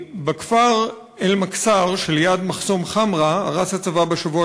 בכפר אל-מכסר שליד מחסום חמרה הרס הצבא בשבוע